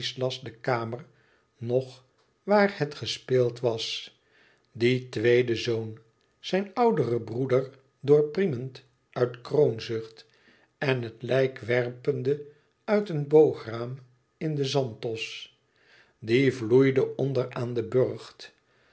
ladislas de kamer nog waar het gespeeld was die tweede zoon zijn ouderen broeder doorpriemend uit kroonzucht en het lijk werpende uit een boograam in den zanthos die vloeide onder aan den burcht